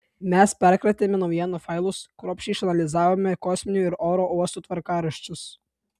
mes perkratėme naujienų failus kruopščiai išanalizavome kosminių ir oro uostų tvarkaraščius